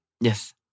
Yes